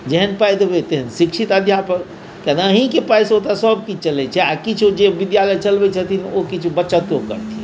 जेहन पाइ देबै तेहन शिक्षित अध्यापक किया तऽ अहीँके पाइ से ओतेक सभ किछु चलैत छै आ किछु जे विद्यालय चलबैत छथिन ओ किछु बचतो करथिन